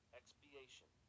expiation